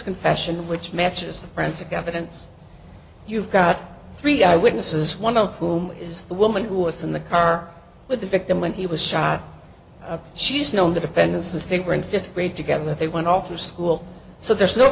confession which matches the forensic evidence you've got three eyewitnesses one of whom is the woman who was in the car with the victim when he was shot she's known the defendant says they were in fifth grade together they went all through school so there's no